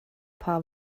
paar